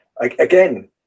Again